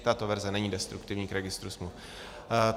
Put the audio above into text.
Tato verze není destruktivní k registru smluv.